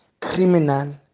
criminal